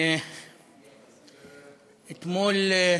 אתמול,